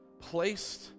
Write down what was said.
placed